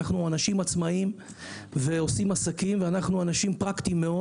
אנחנו אנשים עצמאיים ועושים עסקים ואנו אנשים פרקטיים מאוד